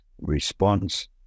response